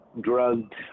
drugged